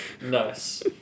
Nice